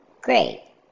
Great